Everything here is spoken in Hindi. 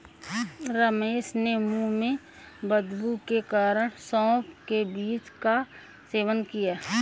रमेश ने मुंह में बदबू के कारण सौफ के बीज का सेवन किया